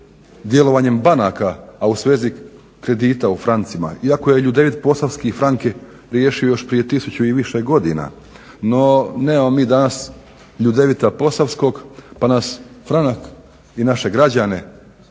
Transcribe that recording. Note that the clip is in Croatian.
djelovanjem banaka a u svezi kredita u francima. Iako je Ljudevit Posavski frank je riješio još prije 1000 i više godina, no nemamo mi danas Ljudevita Posavskog pa nas franak i naše građane